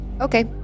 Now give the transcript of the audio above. Okay